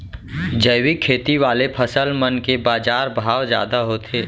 जैविक खेती वाले फसल मन के बाजार भाव जादा होथे